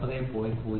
0 39